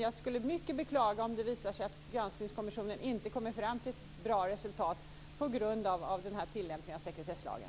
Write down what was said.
Jag skulle mycket beklaga om det visar sig att granskningskommissionen inte kommer fram till bra resultat på grund av denna tillämpning av sekretesslagen.